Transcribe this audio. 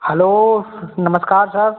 hello नमस्कार sir